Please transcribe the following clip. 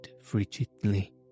frigidly